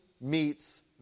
meets